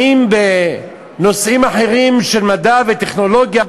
האם בנושאים אחרים של מדע וטכנולוגיה,